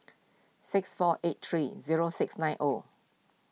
six four eight three zero six nine O